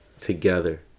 together